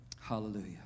Hallelujah